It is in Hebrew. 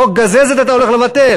חוק גזזת אתה הולך לבטל?